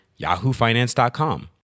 YahooFinance.com